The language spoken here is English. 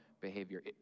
behavior